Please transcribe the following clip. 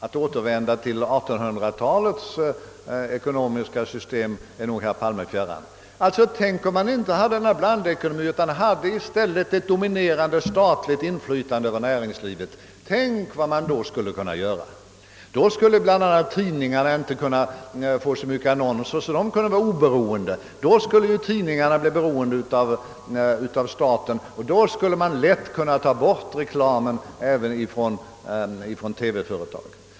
Att återvända till 1800-talets ekonomiska system är nog herr Palme fjärran. Tänk om man i stället hade ett dominerande statligt inflytande över näringslivet — vad skulle man då inte kunna göra, är tydligen hans tanke! Då skulle bl.a. tidningarna inte kun na få annonser i så stor utsträckning att de kunde vara oberoende. Då skulle tidningarna bli beroende av staten och man skulle lätt kunna avskaffa reklamen även inom det självständiga TV företaget.